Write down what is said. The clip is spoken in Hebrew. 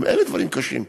גם אלה דברים קשים,